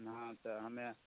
ना तऽ हमे